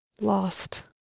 Lost